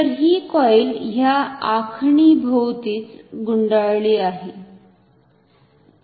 तर ही कॉईल ह्या आखणी भोवतीच गुंडाळली आहे